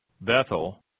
Bethel